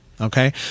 Okay